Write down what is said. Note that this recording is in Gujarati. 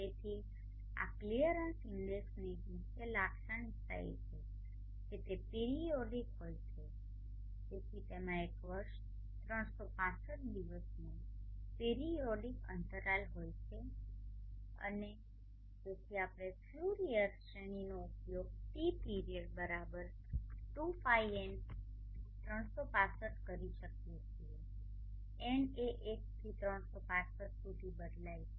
તેથી આ ક્લિયરન્સ ઇન્ડેક્સની એક મુખ્ય લાક્ષણિકતા એ છે કે તે પીરીયોડીક હોય છે તેથી તેમાં એક વર્ષ 365 દિવસનો પીરીયોડીક અંતરાલ હોય છે અને તેથી આપણે ફ્યુરિયર શ્રેણીનો ઉપયોગ Tપીરીયડ2πN365 સાથે કરી શકીએ છીએ N એ 1 થી 365 સુધી બદલાય છે